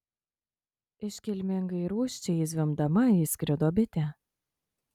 iškilmingai ir rūsčiai zvimbdama įskrido bitė